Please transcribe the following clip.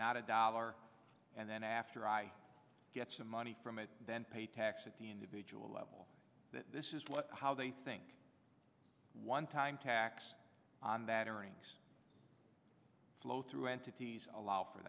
not a dollar and then after i get some money from it then pay tax at the individual level that this is what how they think one time tax on that earnings flow through entities allow for